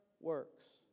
works